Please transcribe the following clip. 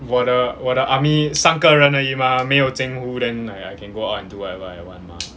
我的我的 army 三个人而已 mah 没有进屋 then I can go out and do whatever I want